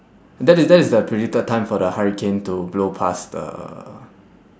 that is that is the predicted time for the hurricane to blow past the